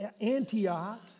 Antioch